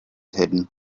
hidden